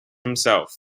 himself